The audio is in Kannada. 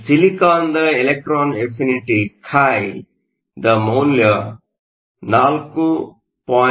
ಸಿಲಿಕಾನ್ದ ಇಲೆಕ್ಟ್ರಾನ್ ಅಫಿನಿಟಿ ಖೈⲬದ ಮೌಲ್ಯ 4